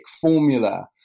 formula